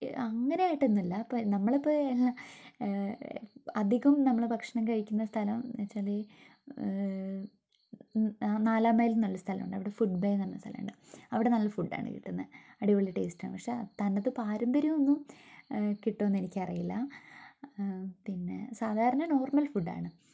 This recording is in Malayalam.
അങ്ങനെയായിട്ട് ഒന്നുമല്ല അപ്പോൾ നമ്മളിപ്പോൾ അധികവും നമ്മൾ ഭക്ഷണം കഴിക്കുന്ന സ്ഥലം എന്നു വച്ചാൽ ആ നാലാം മൈൽ എന്നൊരു സ്ഥലമാണ് അവിടെ ഫുഡ്ബേ എന്നു പറഞ്ഞ സ്ഥലമുണ്ട് അവിടെ നല്ല ഫുഡാണ് കിട്ടുന്നത് അടിപൊളി ടേസ്റ്റാണ് പക്ഷെ തനത് പാരമ്പര്യം ഒന്നും കിട്ടുമോയെന്ന് എനിക്കറിയില്ല പിന്നെ സാധാരണ നോർമൽ ഫുഡാണ്